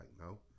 no